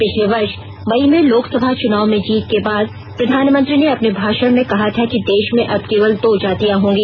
पिछले वर्ष मई में लोकसभा चुनाव में जीत के बाद प्रधानमंत्री ने अपने भाषण में कहा था कि देश में अब केवल दो जातियां होंगी